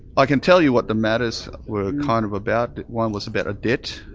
i can tell you what the matters were kind of about one was about a debt,